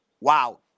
Wow